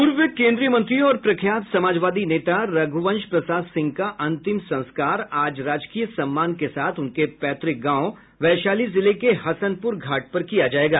पूर्व केन्द्रीय मंत्री और प्रख्यात समाजवादी नेता रघुवंश प्रसाद सिंह का अंतिम संस्कार आज राजकीय सम्मान के साथ उनके पैतृक गांव वैशाली जिले के हसनपुर घाट पर किया जायेगा